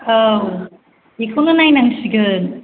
औ बेखौनो नायनांसिगोन